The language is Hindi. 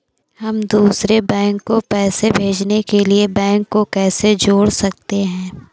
हम दूसरे बैंक को पैसे भेजने के लिए बैंक को कैसे जोड़ सकते हैं?